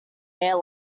air